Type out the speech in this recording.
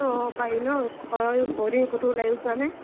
অ' পাৰি ন ঘৰৰ বহু দিন ক'তো ওলাইয়ো যোৱা নাই